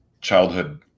childhood